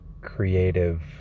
creative